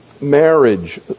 marriage